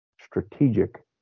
strategic